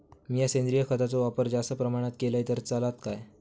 मीया सेंद्रिय खताचो वापर जास्त प्रमाणात केलय तर चलात काय?